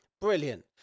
Brilliant